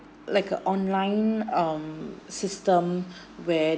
like a online um system where